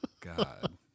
God